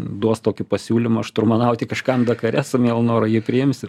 duos tokį pasiūlymą šturmanauti kažkam dakare su mielu noru jį priimsiu